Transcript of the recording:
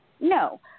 No